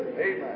Amen